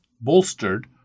bolstered